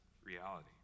reality